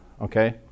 okay